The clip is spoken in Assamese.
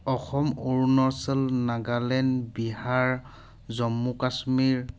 অসম অৰুণাচল নাগালেণ্ড বিহাৰ জম্মু কাশ্মীৰ